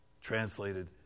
translated